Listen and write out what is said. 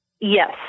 Yes